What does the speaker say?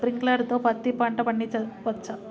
Sprinkler తో పత్తి పంట పండించవచ్చా?